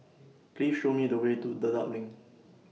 Please Show Me The Way to Dedap LINK